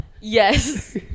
Yes